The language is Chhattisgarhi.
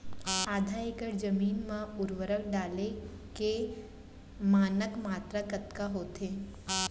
आधा एकड़ जमीन मा उर्वरक डाले के मानक मात्रा कतका होथे?